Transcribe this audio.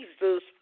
Jesus